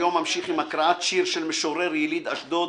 היום אמשיך עם הקראת שיר של משורר יליד אשדוד,